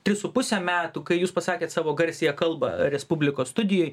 tris su puse metų kai jūs pasakėt savo garsiąją kalbą respublikos studijoj